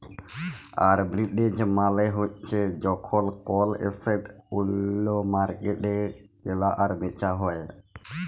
arbitrage মালে হ্যচ্যে যখল কল এসেট ওল্য মার্কেটে কেলা আর বেচা হ্যয়ে